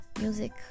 music